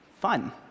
fun